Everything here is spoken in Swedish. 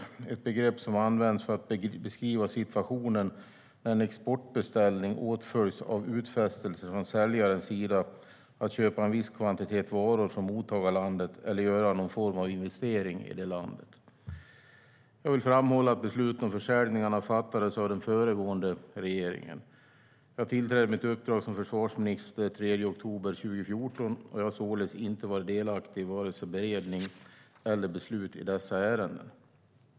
Det är ett begrepp som används för att beskriva situationen när en exportbeställning åtföljs av utfästelser från säljarens sida att köpa en viss kvantitet varor från mottagarlandet eller göra någon form av investering i landet. Jag vill framhålla att besluten om försäljningarna fattades av den föregående regeringen. Jag tillträdde mitt uppdrag som försvarsminister den 3 oktober 2014 och har således inte varit delaktig i vare sig beredning av eller beslut i dessa ärenden.